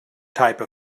type